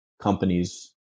companies